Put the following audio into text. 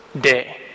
day